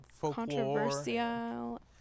controversial